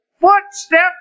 footsteps